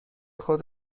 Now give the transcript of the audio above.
خود